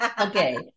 Okay